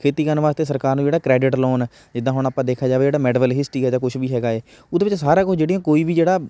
ਖੇਤੀ ਕਰਨ ਵਾਸਤੇ ਸਰਕਾਰ ਨੂੰ ਜਿਹੜਾ ਕ੍ਰੈਡਿਟ ਲੋਨ ਜਿੱਦਾਂ ਹੁਣ ਆਪਾਂ ਦੇਖਿਆ ਜਾਵੇ ਜਿਹੜਾ ਮੈਡਵਲ ਹਿਸਟੀ ਹੈ ਜਾਂ ਕੁਛ ਵੀ ਹੈਗਾ ਹੈ ਉਹਦੇ ਵਿੱਚ ਸਾਰਾ ਕੁਛ ਜਿਹੜੀਆਂ ਕੋਈ ਵੀ ਜਿਹੜਾ